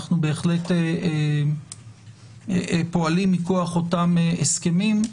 אנחנו בהחלט פועלים מכוח אותם הסכמים.